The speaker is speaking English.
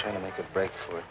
trying to make a break for